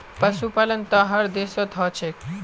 पशुपालन त हर देशत ह छेक